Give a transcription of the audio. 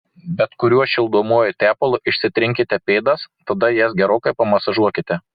bet kuriuo šildomuoju tepalu išsitrinkite pėdas tada jas gerokai pamasažuokite